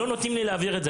לא נותנים לי להעביר את זה,